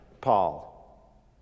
Paul